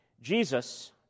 Jesus